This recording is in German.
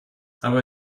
aber